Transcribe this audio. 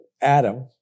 Adam